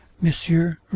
monsieur